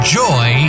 joy